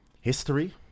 history